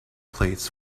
plates